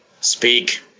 Speak